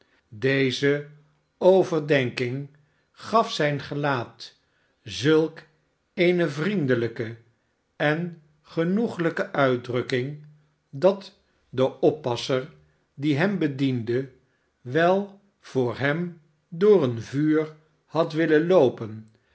deze overdenking gaf zijn gelaat zulk eene vriendelijke en genoeglijke uitdrukking dat de oppasser die hem bediende wel voor hem door een vuur had willen loopen